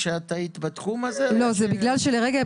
נישאר בתחום הילדים,